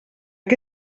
què